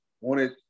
wanted